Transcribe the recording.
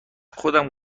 خودم